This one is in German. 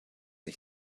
ich